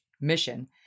mission